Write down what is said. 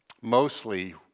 Mostly